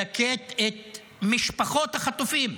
-- מדכאת את משפחות החטופים.